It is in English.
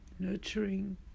nurturing